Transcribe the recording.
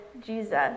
Jesus